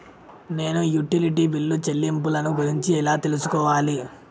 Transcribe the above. నేను utility bill చెల్లింపులను గురించి ఎలా తెలుసుకోవాలి?